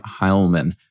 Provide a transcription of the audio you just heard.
Heilman